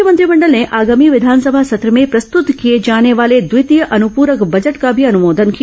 राज्य मंत्रिमंडल ने आगामी विधानसभा सत्र में प्रस्तुत किए जाने वाले द्वितीय अनुपूरक बजट का भी अनुमोदन किया